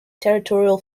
territorial